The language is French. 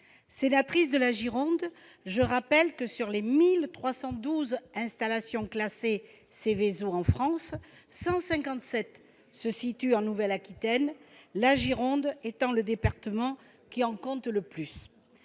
Sénatrice de la Gironde, je rappelle que sur les 1 312 installations classées Seveso en France, 157 se situent en Nouvelle-Aquitaine. Et mon département est celui qui en compte le plus.